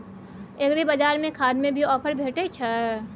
एग्रीबाजार में खाद में भी ऑफर भेटय छैय?